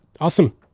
Awesome